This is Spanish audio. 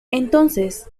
entonces